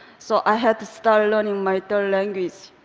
so i had to start learning my third language.